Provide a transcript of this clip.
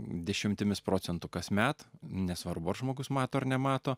dešimtimis procentų kasmet nesvarbu ar žmogus mato ar nemato